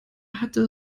hatte